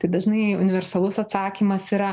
tai dažnai universalus atsakymas yra